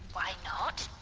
why not,